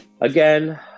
Again